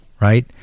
Right